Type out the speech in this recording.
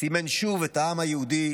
סימן שוב את העם היהודי